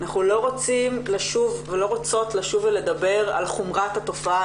אנחנו לא רוצים ולא רוצות לשוב ולדבר על חומרת התופעה,